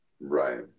Right